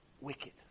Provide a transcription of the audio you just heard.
wicked